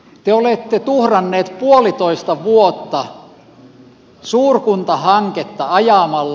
te olette tuhranneet puolitoista vuotta suurkuntahanketta ajamalla